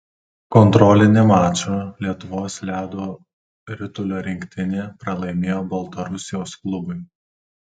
kontrolinį mačą lietuvos ledo ritulio rinktinė pralaimėjo baltarusijos klubui